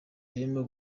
yarimo